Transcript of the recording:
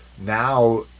now